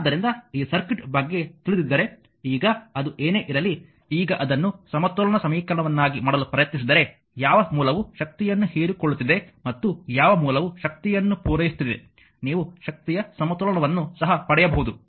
ಆದ್ದರಿಂದ ಈ ಸರ್ಕ್ಯೂಟ್ ಬಗ್ಗೆ ತಿಳಿದಿದ್ದರೆ ಈಗ ಅದು ಏನೇ ಇರಲಿ ಈಗ ಅದನ್ನು ಸಮತೋಲನ ಸಮೀಕರಣವನ್ನಾಗಿ ಮಾಡಲು ಪ್ರಯತ್ನಿಸಿದರೆ ಯಾವ ಮೂಲವು ಶಕ್ತಿಯನ್ನು ಹೀರಿಕೊಳ್ಳುತ್ತಿದೆ ಮತ್ತು ಯಾವ ಮೂಲವು ಶಕ್ತಿಯನ್ನು ಪೂರೈಸುತ್ತಿದೆ ನೀವು ಶಕ್ತಿಯ ಸಮತೋಲನವನ್ನು ಸಹ ಪಡೆಯಬಹುದು